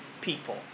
people